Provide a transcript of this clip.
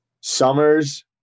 summers